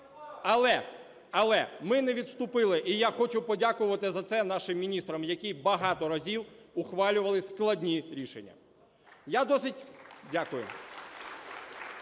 Але ми не відступили, і я хочу подякувати за це нашим міністрам, які багато разів ухвалювали складні рішення. Я досить… Дякую.